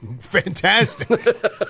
Fantastic